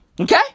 Okay